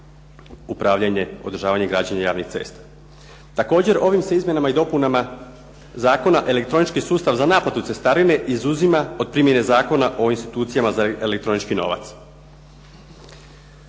upravljanje, održavanje i građenje javnih cesta. Također ovim se izmjenama i dopunama zakona elektronički sustav za naplatu cestarine izuzima od primjene Zakona o institucijama za elektronički novac.